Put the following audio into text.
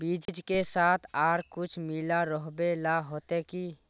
बीज के साथ आर कुछ मिला रोहबे ला होते की?